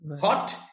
hot